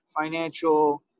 financial